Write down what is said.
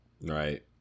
Right